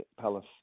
Palace